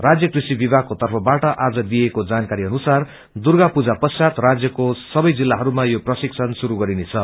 राज्य कृषि विभागको तर्फबाट आज दिइएको जानकारी अनुसार द्राग्प्र पूजा पश्चात राज्यको सबै जिल्लाहरूमा यो प्रशिक्षण शुरू गरिनेछ